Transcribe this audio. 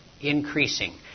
increasing